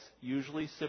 usually